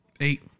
Eight